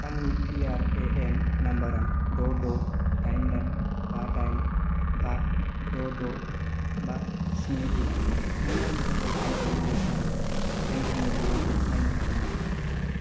आंनि P R A N नाम्बारआ द' द' दाइन दाइन बा दाइन बा द' द' बा स्नि गु नों आंनि अटल पेन्सन य'जनानि पेन्सननि बिबांखौ नायनो हागोन नामा